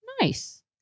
Nice